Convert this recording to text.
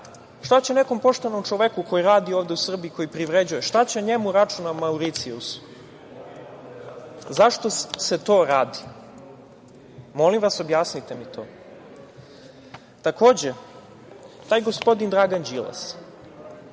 Šta će nekom poštenom čoveku koji radi ovde u Srbiji, koji privređuje, šta će njemu račun na Mauricijusu? Zašto se to radi? Molim vas, objasnite mi to. Zamislite da je taj Dragan Đilas